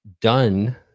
done